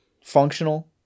Functional